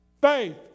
Faith